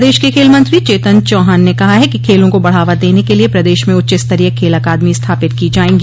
प्रदेश के खेल मंत्री चेतन चौहान ने कहा है कि खेलों को बढ़ावा देने के लिए प्रदेश में उच्च स्तरीय खेल अकादमी स्थापित की जायेंगी